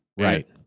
Right